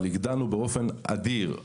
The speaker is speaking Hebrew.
הגדלנו באופן אדיר.